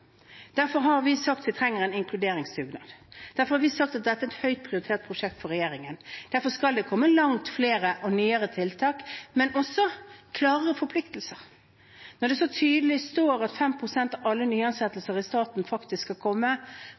Derfor har vi sagt at vi trenger en inkluderingsdugnad. Derfor har vi sagt at dette er et høyt prioritert prosjekt for regjeringen. Derfor skal det komme langt flere og nyere tiltak, men også klarere forpliktelser. Når det så tydelig står at 5 pst. av alle nyansettelser i staten skal komme